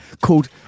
called